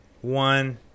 one